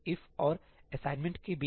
if और assignment के बीच